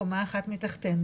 קומה אחת מתחתנו,